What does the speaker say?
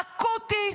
אקוטי,